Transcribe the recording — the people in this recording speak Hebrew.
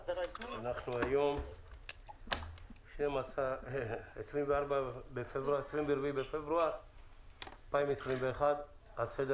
היום אנחנו ב-24 בפברואר 2021. על סדר